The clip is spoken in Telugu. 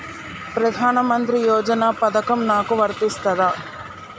ప్రధానమంత్రి యోజన పథకం నాకు వర్తిస్తదా?